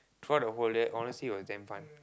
throughout the whole year honestly it was damn fun